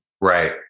Right